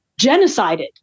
genocided